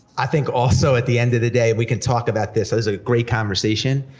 i think also at the end of the day, we can talk about this as a great conversation,